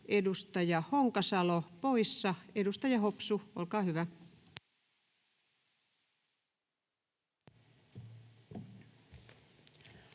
edustaja Honkasalo poissa. Edustaja Hopsu, olkaa hyvä.